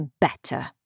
better